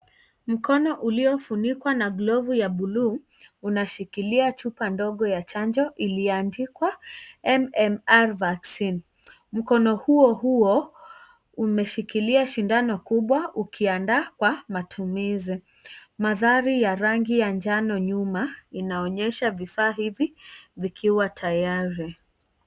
Mkono uliofunikwa na glovu ya bluu, unashikilia chupa ndogo ya chanjo iliyoandikwa " MMR Vaccine ". Mkono huo huo umeshikilia sindano kubwa ukiandaa kwa matumizi. Maandhari ya rangi ya njano nyuma inaonyesha vifaa hivi vikiwa tayari.